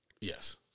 Yes